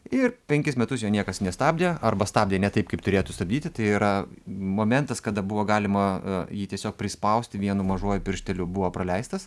ir penkis metus jo niekas nestabdė arba stabdė ne taip kaip turėtų stabdyti tai yra momentas kada buvo galima jį tiesiog prispausti vienu mažuoju piršteliu buvo praleistas